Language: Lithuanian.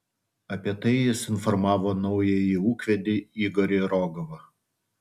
apie tai jis informavo naująjį ūkvedį igorį rogovą